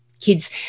kids